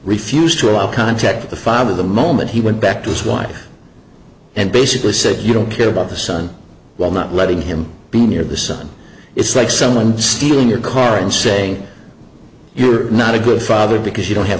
refused to allow contact with the file at the moment he went back to his wife and basically said you don't care about the son while not letting him be near the sun it's like someone stealing your car and saying you're not a good father because you don't have